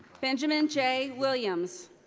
benjamin j. williams.